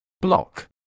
Block